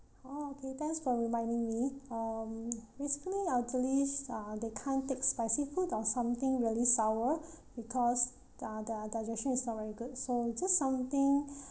oh okay thanks for reminding me um basically elderlies uh they can't take spicy food or something really sour because uh their digestion is not very good so just something